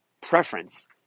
preference